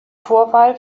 vorwahl